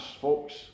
folks